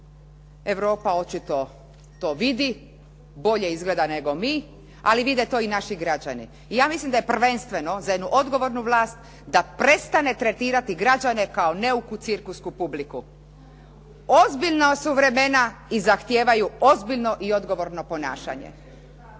Europa očito to vidi, bolje izgleda nego mi, ali vide to i naši građani. I ja mislim da je prvenstveno za jednu odgovornu vlast da prestane tretirati građane kao neuku cirkusnu publiku. Ozbiljna su vremena i zahtijevaju ozbiljno i odgovorno ponašanje.